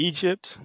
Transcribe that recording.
Egypt